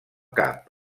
cap